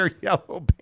yellow